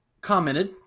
commented